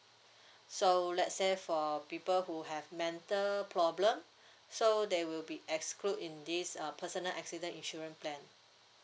so let's say for people who have mental problem so they will be exclude in this uh personal accident insurance plan